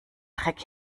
dreck